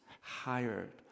hired